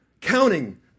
counting